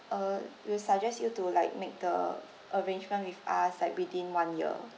uh we suggest you to like make the arrangement with us like within one year